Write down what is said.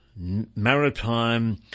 Maritime